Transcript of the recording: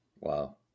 Wow